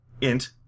Int